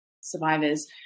survivors